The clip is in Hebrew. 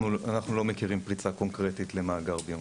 אנחנו לא מכירים פריצה קונקרטית למאגר ביומטרי.